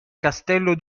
castello